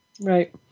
Right